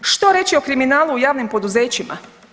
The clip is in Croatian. Što reći o kriminalu u javnim poduzećima?